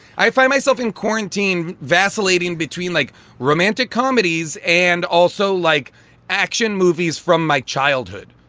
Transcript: i find myself in quarantine, vacillating between like romantic comedies and also like action movies from my childhood.